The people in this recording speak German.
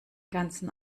ganzen